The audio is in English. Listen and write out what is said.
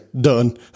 Done